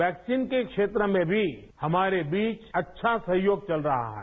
vaccine के क्षेत्र में भी हमारे बीच अच्छा सहयोग चल रहा है